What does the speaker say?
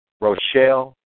Rochelle